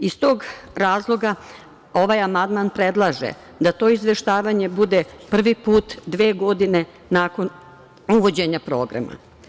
Iz tog razloga ovaj amandman predlaže da to izveštavanje bude prvi put dve godine nakon uvođenja programa.